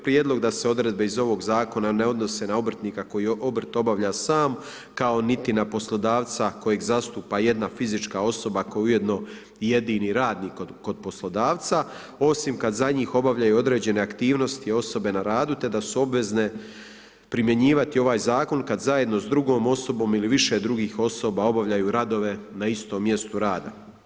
Prijedlog da se odredbe iz ovoga zakona ne odnose na obrtnika koji obrt obavlja sam, kao niti na poslodavca kojeg zastupa jedna fizička osoba koji je ujedno i jedini radnik kod poslodavca, osim kada za njih obavljaju određene aktivnosti osobe na radu te da su obvezne primjenjivati ovaj Zakon kada zajedno s drugom osobom ili više drugih osoba obavljaju radove na istom mjestu rada.